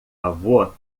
avô